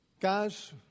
Guys